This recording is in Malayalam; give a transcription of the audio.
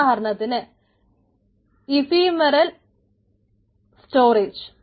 ഉദാഹരണത്തിന് ഇഫിമെറൽ സ്റ്റോറേജ്